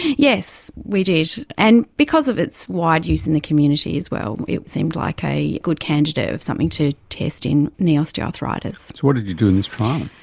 yes, we did, and because of its wide use in the community as well, it seemed like a good candidate of something to test in knee osteoarthritis. so what did you do in this trial?